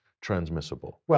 transmissible